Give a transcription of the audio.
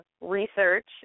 research